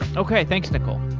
and okay, thanks nicole.